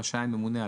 רשאי הממונה,